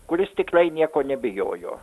kuris tikrai nieko nebijojo